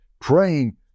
praying